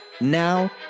Now